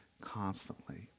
constantly